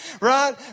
right